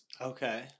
Okay